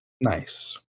Nice